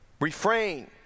Refrain